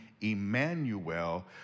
Emmanuel